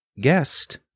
guest